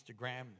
Instagram